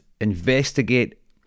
investigate